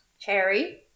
Cherry